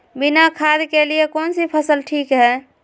बिना खाद के लिए कौन सी फसल ठीक है?